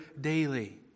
daily